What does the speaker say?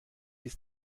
ist